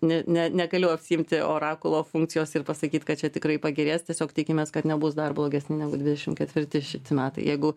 ne ne negaliu atsiimti orakulo funkcijos ir pasakyt kad čia tikrai pagerės tiesiog tikimės kad nebus dar blogesni negu dvidešimt ketvirti šiti metai jeigu